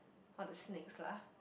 all the snakes lah